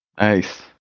Nice